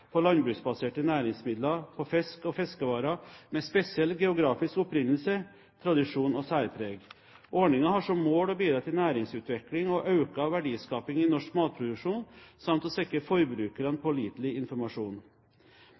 landbruksbaserte næringsmidler, fisk og fiskevarer med spesiell geografisk opprinnelse, tradisjon og særpreg. Ordningen har som mål å bidra til næringsutvikling og økt verdiskaping i norsk matproduksjon samt å sikre forbrukerne pålitelig informasjon.